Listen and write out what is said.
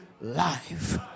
life